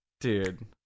Dude